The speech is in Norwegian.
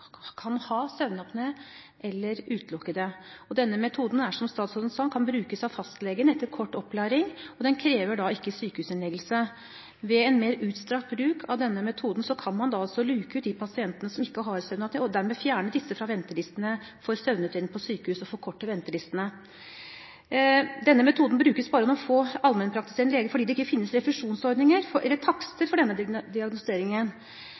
kan ha søvnapné eller utelukke det. Denne metoden kan, som statsråden sa, brukes av fastlegen etter kort opplæring, og den krever ikke sykehusinnleggelse. Ved en mer utstrakt bruk av denne metoden kan man altså luke ut de pasientene som ikke har søvnapné, og dermed fjerne disse fra ventelistene for søvnutredning på sykehus og forkorte ventelistene. Denne metoden brukes bare av noen få allmennpraktiserende leger fordi det ikke finnes refusjonsordninger eller takster for